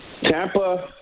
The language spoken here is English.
Tampa